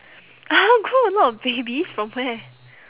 !huh! grow a lot of babies from where